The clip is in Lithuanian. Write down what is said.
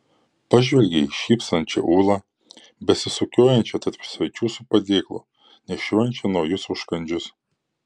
pažvelgė į šypsančią ūlą besisukiojančią tarp svečių su padėklu nešiojančią naujus užkandžius